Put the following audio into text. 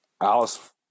Alice